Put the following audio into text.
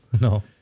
No